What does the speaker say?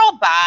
bye